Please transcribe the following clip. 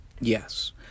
Yes